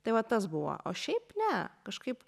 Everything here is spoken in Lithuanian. tai va tas buvo o šiaip ne kažkaip